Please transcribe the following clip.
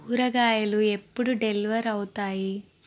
కూరగాయలు ఎప్పుడు డెలివర్ అవుతాయి